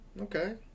Okay